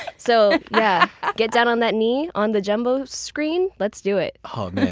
so, yeah. get down on that knee on the jumbo screen. let's do it. oh man,